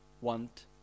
want